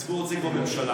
הציבור רוצה כבר ממשלה.